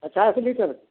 पचास लीटर